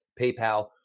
paypal